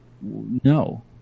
no